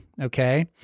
Okay